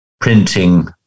printing